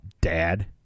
dad